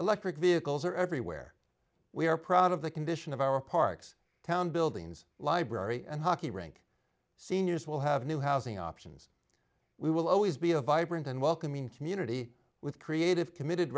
electric vehicles are everywhere we are proud of the condition of our parks town buildings library and hockey rink seniors will have new housing options we will always be a vibrant and welcoming community with creative committed